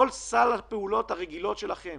כל סל הפעולות הרגילות שלכם